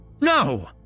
No